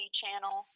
channel